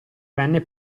venne